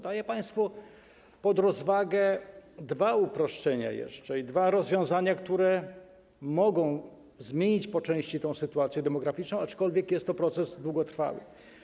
Daję państwu pod rozwagę jeszcze dwa uproszczenia i dwa rozwiązania, które mogą zmienić po części tę sytuację demograficzną, aczkolwiek jest to proces długotrwały.